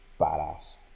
badass